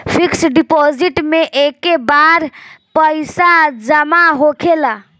fix deposit मे एके बार पैसा जामा होखेला